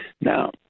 Now